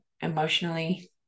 emotionally